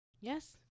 yes